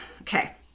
Okay